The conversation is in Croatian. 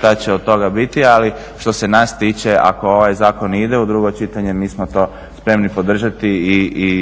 što će od toga biti ali što se nas tiče ako ovaj zakon ide u drugo čitanje mi smo to spremni podržati i onda